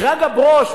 שרגא ברוש,